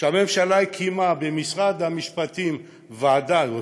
שהממשלה הקימה במשרד המשפטים ועדה או